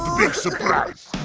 big surprise.